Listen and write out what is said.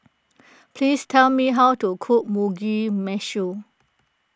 please tell me how to cook Mugi Meshi